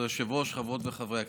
כבוד היושב-ראש, חברות וחברי הכנסת,